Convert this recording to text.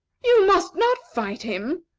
you must not fight him!